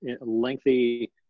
lengthy